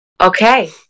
Okay